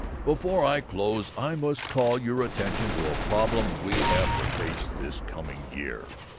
before i close i must call your attention to a problem we have to face, this coming year.